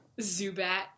zubat